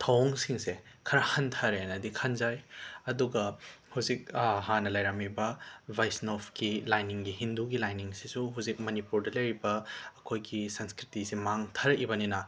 ꯊꯧꯑꯣꯡꯁꯤꯡꯁꯦ ꯈꯔ ꯍꯟꯊꯔꯛꯑꯦꯅꯗꯤ ꯈꯟꯖꯩ ꯑꯗꯨꯒ ꯍꯧꯖꯤꯛ ꯍꯥꯟꯅ ꯂꯩꯔꯝꯃꯤꯕ ꯕꯩꯁꯅꯣꯞꯀꯤ ꯂꯥꯏꯅꯤꯡꯒꯤ ꯍꯤꯟꯗꯨꯒꯤ ꯂꯥꯏꯅꯤꯡꯁꯤꯁꯨ ꯍꯧꯖꯤꯛ ꯃꯅꯤꯄꯨꯔꯗ ꯂꯩꯔꯤꯕ ꯑꯩꯈꯣꯏꯒꯤ ꯁꯪꯁꯀ꯭ꯔꯤꯇꯤꯁꯤ ꯃꯥꯡꯊꯔꯛꯏꯕꯅꯤꯅ